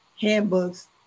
handbooks